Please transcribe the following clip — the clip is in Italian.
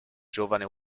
giovane